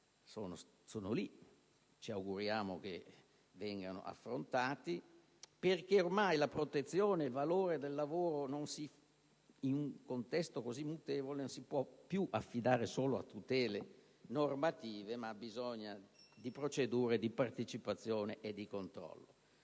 lì e che ci auguriamo vengano esaminati, perché ormai la protezione del valore del lavoro, in un contesto così mutevole, non si può più affidare solo a tutele normative, ma abbisogna di procedure di partecipazione e di controllo